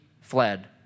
fled